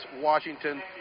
Washington